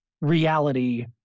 reality